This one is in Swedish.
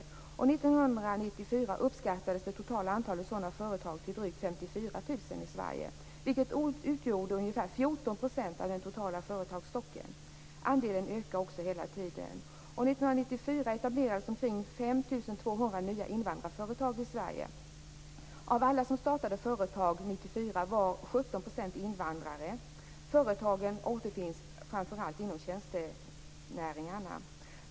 År 1994 uppskattades det totala antalet sådana företag till drygt 54 000 i Sverige, vilket utgjorde ungefär 14 % av den totala företagsstocken. Andelen ökar också hela tiden. År 17 % invandrare. Företagen återfinns framför allt inom tjänstenäringarna.